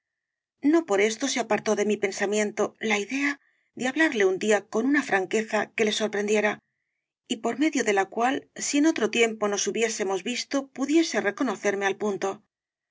no por esto se apartó de mi pensamiento la idea de hablarle un día con una franqueza que le sorprendiera y por medio de la cual si en otro tiempo nos hubiésemos visto pudiese reconocerme al punto